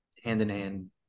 hand-in-hand